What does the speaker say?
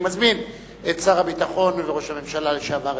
אני מזמין את שר הביטחון וראש הממשלה לשעבר,